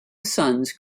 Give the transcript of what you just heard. sons